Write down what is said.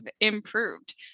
improved